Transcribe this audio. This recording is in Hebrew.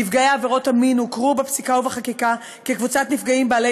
נפגעי עבירות המין הוכרו בפסיקה ובחקיקה כקבוצת נפגעים בעלי